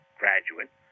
graduate